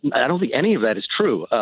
but don't think any of that is true.